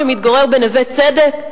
שמתגורר בנווה-צדק.